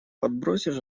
подбросишь